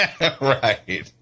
right